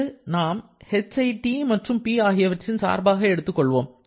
இங்கு நாம் hஐ T மற்றும் P ஆகியவற்றின் சார்பாக எடுத்துக் கொள்வோம்